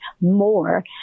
more